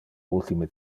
ultime